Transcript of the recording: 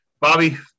Bobby